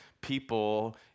people